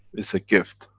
it's a gift,